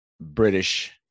British